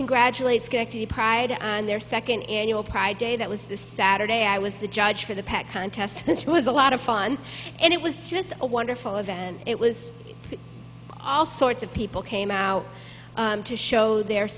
congratulate schenectady pride in their second annual pride day that was this saturday i was the judge for the pet contest this was a lot of fun and it was just a wonderful event and it was all sorts of people came out to show their